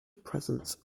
presence